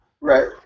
Right